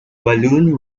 balloon